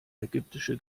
ägyptische